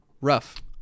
Rough